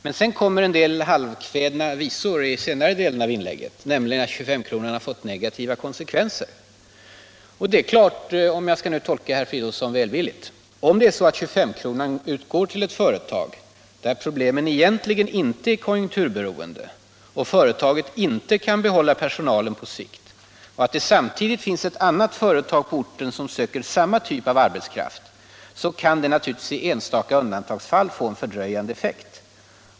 Men så kommer en del halvkvädna visor i senare delen av inlägget, nämligen om att 25-kronan har fått negativa konsekvenser. Det är klart, om jag nu skall tolka herr Fridolfsson välvilligt, att om 25-kronan utgår till ett företag där problemen egentligen inte är konjunkturberoende, om företaget inte kan behålla personalen på sikt, och om det samtidigt finns ett annat företag på orten som söker samma typ av arbetskraft, så skulle den i enstaka undantagsfall få en fördröjande effekt.